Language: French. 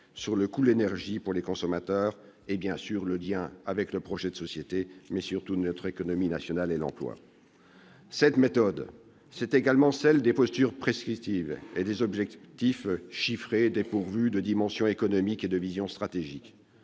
le coût de l'énergie pour les consommateurs et, surtout, notre projet de société, l'économie nationale et l'emploi. Cette méthode, c'est également celle des postures prescriptives et des objectifs chiffrés dépourvus de dimension économique et de vision stratégique.